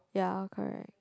ya correct